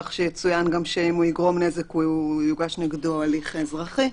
כך שיצוין גם שאם הוא יגרום נזק יוגש נגדו הליך אזרחי,